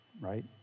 right